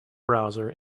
browser